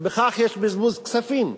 ובכך יש בזבוז כספים.